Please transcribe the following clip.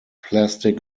plastic